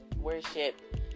worship